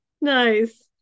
Nice